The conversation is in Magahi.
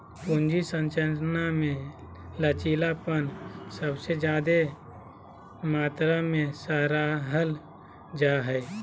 पूंजी संरचना मे लचीलापन सबसे ज्यादे मात्रा मे सराहल जा हाई